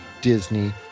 Disney